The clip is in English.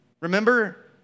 Remember